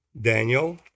Daniel